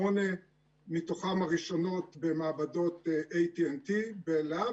8 שנים הראשונות מתוכם במעבדות At&t Labs,